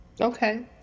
Okay